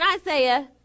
Isaiah